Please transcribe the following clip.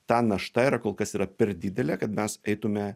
ta našta yra kol kas yra per didelė kad mes eitume